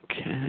okay